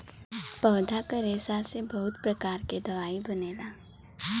पौधा क रेशा से बहुत प्रकार क दवाई बनला